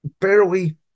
Barely